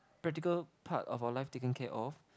practical part of our life taken care of